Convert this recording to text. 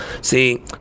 See